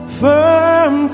firm